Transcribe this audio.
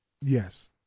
Yes